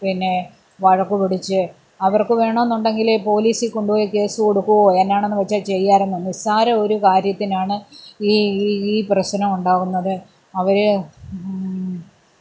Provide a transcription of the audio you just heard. പിന്നെ വഴക്കുപിടിച്ച് അവർക്ക് വേണമെന്നുണ്ടെങ്കിൽ പോലീസിൽക്കൊണ്ടുപോയി കേസ് കൊടുക്കുകയോ എന്നാണെന്ന് വെച്ചാൽ ചെയ്യാമായിരുന്നു നിസ്സാരമൊരു കാര്യത്തിനാണ് ഈ ഈ ഈ പ്രശ്നം ഉണ്ടാവുന്നത് അവർ